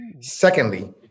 Secondly